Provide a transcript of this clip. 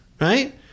right